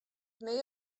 nea